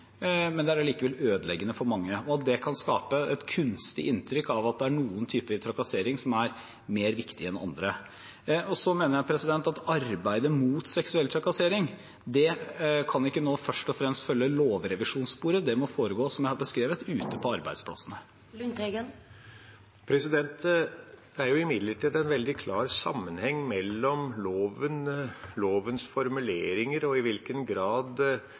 men det er likevel ødeleggende for mange. Man kan skape et kunstig inntrykk av at det er noen typer trakassering som er viktigere enn andre. Så mener jeg at arbeidet mot seksuell trakassering ikke først og fremst kan følge lovrevisjonssporet – det må foregå, som jeg har beskrevet, ute på arbeidsplassene. Det er imidlertid en veldig klar sammenheng mellom lovens formuleringer og i hvilken grad